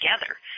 together